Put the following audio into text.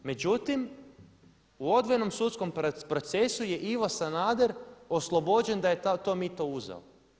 Međutim, u odvojenom sudskom procesu je Ivo Sanader oslobođen da je to mito uzeo.